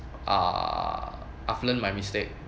err I've learned my mistake